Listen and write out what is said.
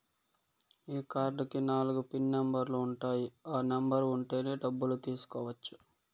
ఈ కార్డ్ కి నాలుగు పిన్ నెంబర్లు ఉంటాయి ఆ నెంబర్ ఉంటేనే డబ్బులు తీసుకోవచ్చు